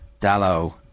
Dallo